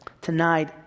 tonight